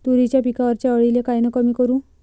तुरीच्या पिकावरच्या अळीले कायनं कमी करू?